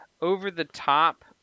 over-the-top